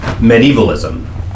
medievalism